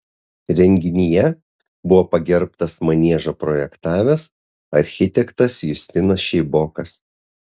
renginyje buvo pagerbtas maniežą projektavęs architektas justinas šeibokas